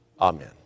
Amen